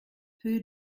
peu